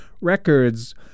Records